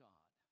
God